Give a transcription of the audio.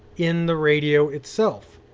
in the radio itself.